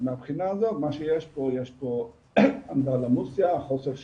אז מהבחינה הזאת יש פה אנדרלמוסיה, חוסר שקיפות,